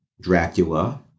Dracula